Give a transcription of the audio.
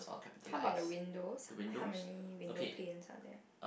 how about the windows how many window planes are there